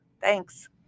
Thanks